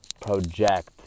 project